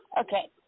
Okay